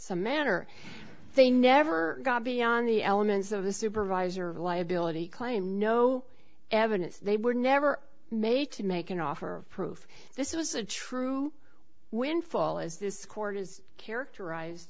some manner they never got beyond the elements of the supervisor of liability claim no evidence they were never made to make an offer prove this was a true windfall as this court has characterize